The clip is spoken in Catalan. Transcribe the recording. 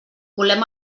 volem